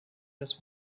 das